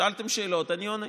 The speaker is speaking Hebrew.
שאלתם שאלות, אני עונה.